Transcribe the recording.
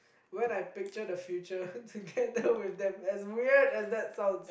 when I picture the future together with them as weird as that sounds